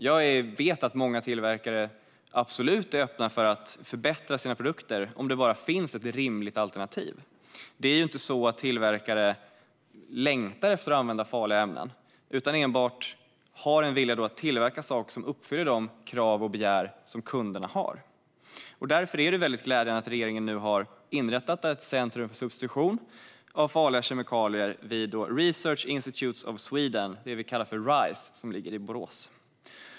Jag vet att många tillverkare absolut är öppna för att förbättra sina produkter om det bara finns ett rimligt alternativ. De är ju inte så att tillverkare längtar efter att använda farliga ämnen, utan de har enbart en vilja att tillverka saker som uppfyller de krav som kunderna har och vad de begär. Därför är det väldigt glädjande att regeringen nu har inrättat ett centrum för substitution av farliga kemikalier vid Research Institutes of Sweden i Borås, det vi kallar för Rise.